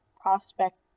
prospect